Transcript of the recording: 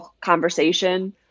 conversation